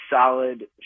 solid